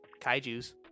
Kaijus